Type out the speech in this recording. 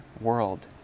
world